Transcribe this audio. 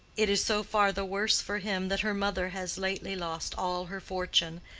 it is so far the worse for him that her mother has lately lost all her fortune,